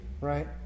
right